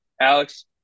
alex